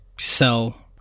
sell